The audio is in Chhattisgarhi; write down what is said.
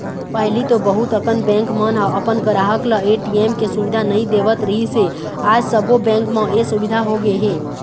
पहिली तो बहुत अकन बेंक मन ह अपन गराहक ल ए.टी.एम के सुबिधा नइ देवत रिहिस हे आज सबो बेंक म ए सुबिधा होगे हे